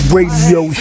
Radio